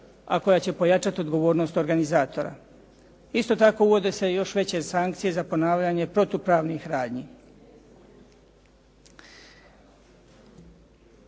a koja će pojačati odgovornost organizatora. Isto tako, uvode se još veće sankcije za ponavljanje protupravnih radnji.